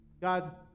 God